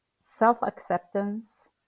self-acceptance